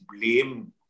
blame